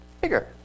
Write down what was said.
bigger